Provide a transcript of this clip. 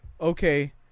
okay